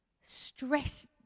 stress